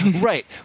Right